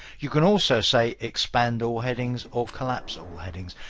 you can also say expand all headings or collapse all headings.